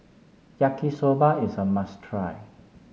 Yaki Soba is a must try